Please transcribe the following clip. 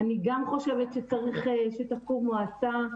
אני גם חושבת שצריך שתקום מועצה.